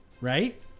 right